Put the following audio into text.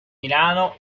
milano